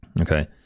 Okay